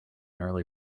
early